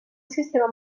sistema